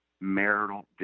Marital